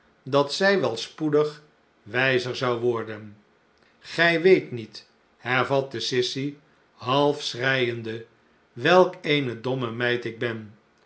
dat zij wel spoedig wijzer zou worden gij weet niet hervatte sissy half schreiende welk eene domme meid ik ben